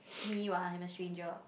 me what I'm a stranger